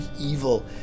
evil